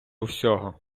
всього